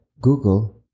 Google